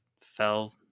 fell